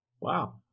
Wow